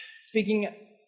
speaking